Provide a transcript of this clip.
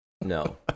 No